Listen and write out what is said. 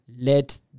Let